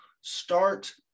start